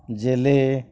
জেলে